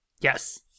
Yes